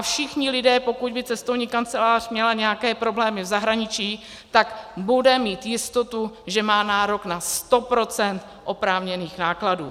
Všichni lidé, pokud by cestovní kancelář měla nějaké problémy v zahraničí, budou mít jistotu, že mají nárok na sto procent oprávněných nákladů.